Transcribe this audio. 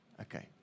Okay